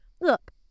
look